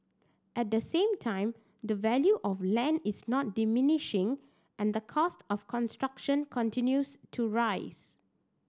at the same time the value of land is not diminishing and the cost of construction continues to rise